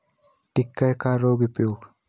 टिक्का रोग का उपाय?